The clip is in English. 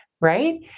right